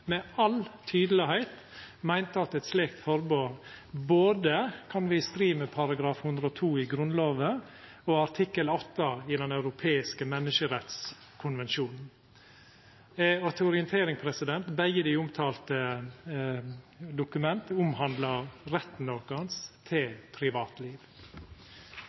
med all tydelegheit meinte at eit slikt forbod både kan vera i strid med § 102 i Grunnlova og artikkel 8 i Den europeiske menneskerettskonvensjonen. Og til orientering: Begge dei omtalte dokumenta omhandlar retten vår til privatliv.